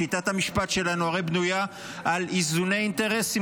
הרי שיטת המשפט שלנו בנויה כל הזמן על איזוני אינטרסים,